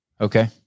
Okay